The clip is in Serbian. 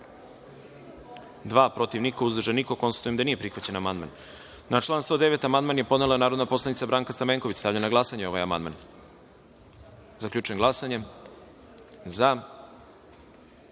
dva, protiv – niko, uzdržanih – nema. Konstatujem da nije prihvaćen amandman. Na član 109. amandman je podnela narodna poslanica Branka Stamenković. Stavljam na glasanje ovaj amandman. Zaključujem glasanje i